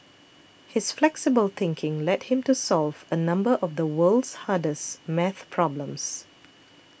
his flexible thinking led him to solve a number of the world's hardest math problems